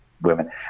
women